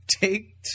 Take